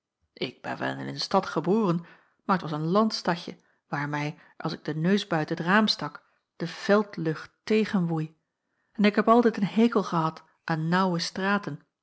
ik ben wel in een stad geboren maar t was een landstadje waar mij als ik den neus buiten t raam stak de veldlucht tegenwoei en ik heb altijd een hekel gehad aan naauwe straten